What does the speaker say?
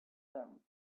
them